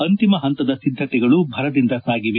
ಅಂತಿಮ ಹಂತದ ಸಿದ್ದತೆಗಳು ಭರದಿಂದ ಸಾಗಿವೆ